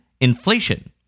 inflation